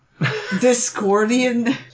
Discordian